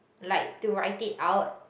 like to write it out